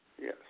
Yes